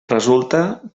resulta